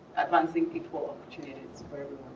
advancing equal opportunities for